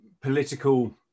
political